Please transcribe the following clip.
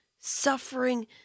suffering